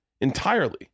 entirely